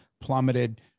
plummeted